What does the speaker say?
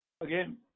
Again